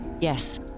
Yes